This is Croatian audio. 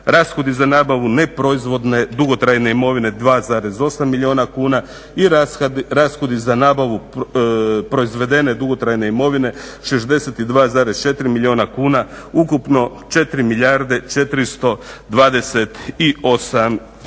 rashodi za nabavu neproizvodne dugotrajne imovine 2,8 milijuna kuna i rashodi za nabavu proizvedene dugotrajne imovine 62,4 milijuna kuna. Ukupno, 4 milijarde 428 milijuna kuna.